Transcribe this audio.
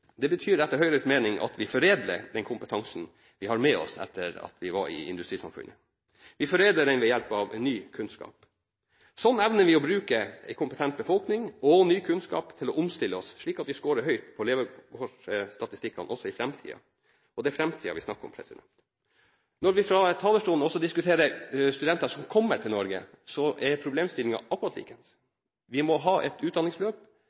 Det betyr, etter Høyres mening at vi foredler den kompetansen vi har med oss etter at vi levde i industrisamfunnet. Vi foredler den ved hjelp av ny kunnskap. Slik evner vi å bruke en kompetent befolkning og ny kunnskap til å omstille oss, slik at vi skårer høyt på levekårsstatistikkene også i fremtiden. Det er fremtiden vi snakker om. Når vi fra talerstolen også diskuterer studenter som kommer til Norge, er problemstillingen akkurat like ens. Vi må ha et utdanningsløp